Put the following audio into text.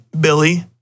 Billy